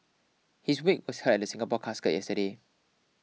his wake was held at the Singapore Casket yesterday